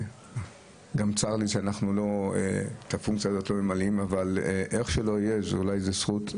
גם צר לי שאנחנו לא ממלאים את הפונקציה הזאת.